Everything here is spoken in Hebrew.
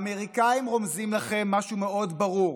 האמריקאים רומזים לכם משהו מאוד ברור,